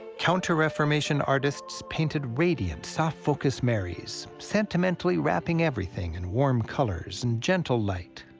counter-reformation artists painted radiant, soft-focus marys, sentimentally wrapping everything in warm colors and gentle light.